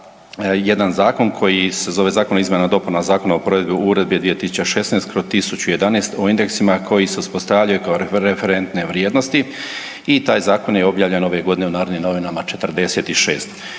jedan zakon koji se zove Zakon o izmjenama i dopunama Zakona o provedbi Uredbe 2016/1011 o indeksima koji se uspostavljaju kao referentne vrijednosti i taj zakon je objavljen ove godine u Narodnim novinama 46.